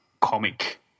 comic